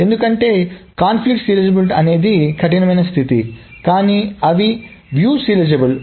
ఎందుకంటే conflict serializability అనేది కఠినమైన స్థితి కానీ అవి వీక్షణ సీరియలైజబుల్